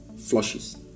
flushes